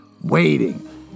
waiting